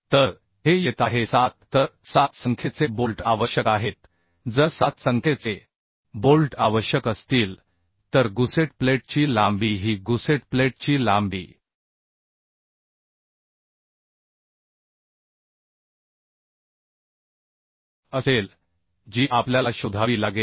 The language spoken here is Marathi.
तर हे येत आहे 7 तर 7 संख्येचे बोल्ट आवश्यक आहेत जर 7 संख्येचे बोल्ट आवश्यक असतील तर गुसेट प्लेटची लांबी ही गुसेट प्लेटची लांबी असेल जी आपल्याला शोधावी लागेल